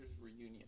reunion